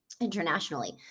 Internationally